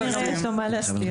כנראה יש לו מה להסתיר.